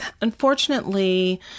unfortunately